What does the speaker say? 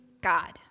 God